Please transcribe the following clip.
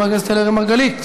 חבר הכנסת אראל מרגלית,